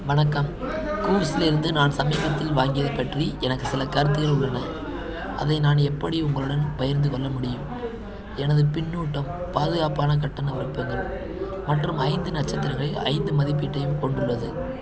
வணக்கம் கூவ்ஸ்லிருந்து நான் சமீபத்தில் வாங்கியதைப் பற்றி எனக்கு சில கருத்துக்கள் உள்ளன அதை நான் எப்படி உங்களுடன் பகிர்ந்து கொள்ள முடியும் எனது பின்னூட்டம் பாதுகாப்பான கட்டண விருப்பங்கள் மற்றும் ஐந்து நட்சத்திரங்களில் ஐந்து மதிப்பீட்டையும் கொண்டுள்ளது